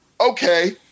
Okay